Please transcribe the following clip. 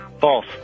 False